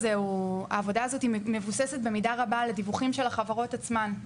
העבודה הזאת מבוססת במידה רבה על הדיווחים של החברות עצמן.